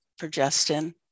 progesterone